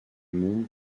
monde